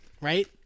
right